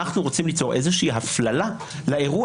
אנחנו רוצים ליצור איזושהי הפללה לאירוע